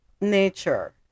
nature